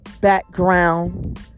Background